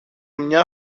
μια